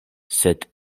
sed